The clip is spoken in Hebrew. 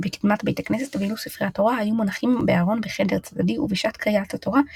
ולאחר מכן בגולן ובדרום הר חברון.